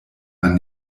man